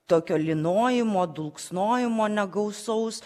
tokio lynojimo dulksnojimo negausaus